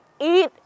eat